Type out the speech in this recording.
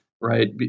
right